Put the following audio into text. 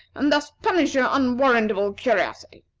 and thus punish your unwarrantable curiosity!